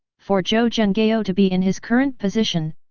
for zhou zhenghao to be in his current position,